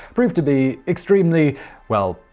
proved to be extremely, well,